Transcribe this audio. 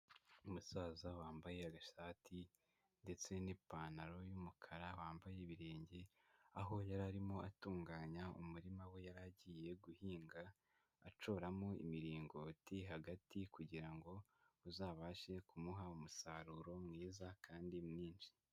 Umusaza wambaye agashati ndetse n'ipantaro y'umukara wambaye ibirenge, aho yari arimo atunganya umurima we yari agiye guhinga, acoramo imiringoti hagati kugira ngo uzabashe kumuha umusaruro mwiza kandi mwinshi.